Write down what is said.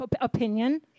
opinion